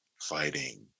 fighting